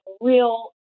real